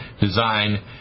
design